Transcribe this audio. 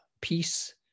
peace